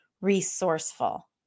Resourceful